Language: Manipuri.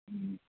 ꯎꯝ